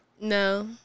No